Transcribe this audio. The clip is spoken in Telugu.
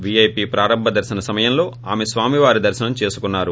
వీఐపీ ప్రారంభ దర్శన సమయంలో ఆమె స్వామివారి దర్శనం చేసుకున్నారు